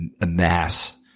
amass